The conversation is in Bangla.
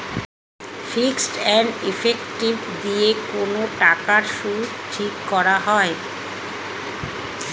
ফিস এন্ড ইফেক্টিভ দিয়ে কোন টাকার সুদ ঠিক করা হয়